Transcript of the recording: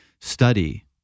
study